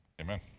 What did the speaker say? Amen